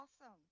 awesome